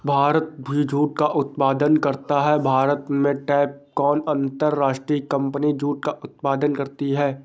भारत भी जूट का उत्पादन करता है भारत में टैपकॉन अंतरराष्ट्रीय कंपनी जूट का उत्पादन करती है